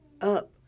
up